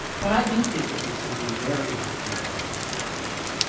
but i do think there'd be something very unfair about that situation,